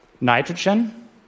nitrogen